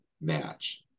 match